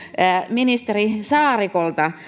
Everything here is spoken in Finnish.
ministeri saarikolta